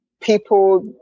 people